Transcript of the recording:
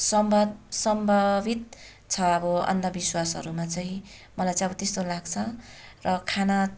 संवाद सम्भावित छ अब अन्धविश्वासहरूमा चाहिँ मलाई चाहिँ अब त्यस्तो लाग्छ र खाना